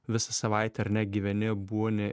visą savaitę ar ne gyveni būni